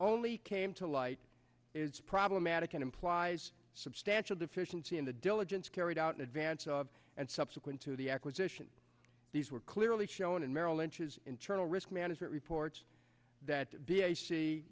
only came to light is problematic and implies a substantial deficiency in the diligence carried out vance of and subsequent to the acquisition these were clearly shown and merrill lynch's internal risk management reports that b